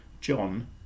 John